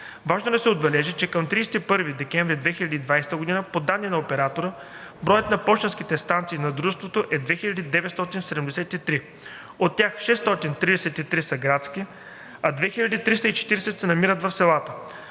Важно е да се отбележи, че към 31 декември 2020 г. по данни на оператора броят на пощенските станции на Дружеството е 2973. От тях 633 са градски, а 2340 се намират в селата.